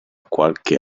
qualche